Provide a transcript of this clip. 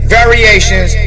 variations